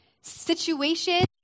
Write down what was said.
situation